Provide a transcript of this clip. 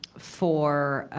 for